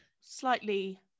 slightly